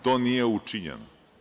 To nije učinjeno.